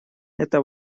это